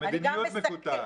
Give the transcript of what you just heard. אני גם --- המדיניות מקוטעת.